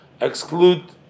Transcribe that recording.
exclude